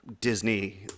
Disney